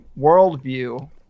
worldview